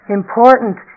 important